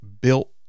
built